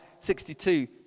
62